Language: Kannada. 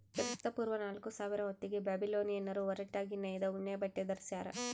ಕ್ರಿಸ್ತಪೂರ್ವ ನಾಲ್ಕುಸಾವಿರ ಹೊತ್ತಿಗೆ ಬ್ಯಾಬಿಲೋನಿಯನ್ನರು ಹೊರಟಾಗಿ ನೇಯ್ದ ಉಣ್ಣೆಬಟ್ಟೆ ಧರಿಸ್ಯಾರ